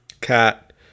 Cat